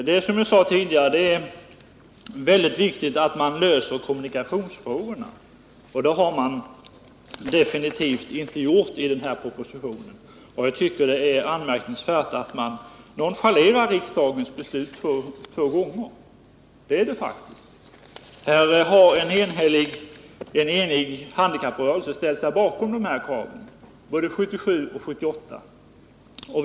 Det är, som jag sade tidigare, väldigt viktigt att man löser kommunikationsfrågorna. Det har man definitivt inte gjort i propositionen, och jag tycker det är anmärkningsvärt att man nonchalerar riksdagens beslut två gånger. En enig handikapprörelse har ställt sig bakom de här kraven, både 1977 och 1978.